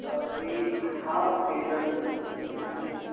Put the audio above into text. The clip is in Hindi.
अभी हाफ टी शर्ट है दिखा दीजिए